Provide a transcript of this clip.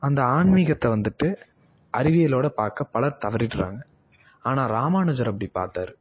அந்த ஆன்மீகத்தை வந்துட்டு அறிவியலோடு பார்க்க பலர் தவறிடறாங்க ஆனால் ராமானுஜர் அப்படி பார்த்தாரு